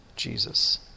Jesus